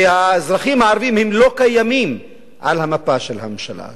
והאזרחים הערבים הם לא קיימים על המפה של הממשלה הזאת.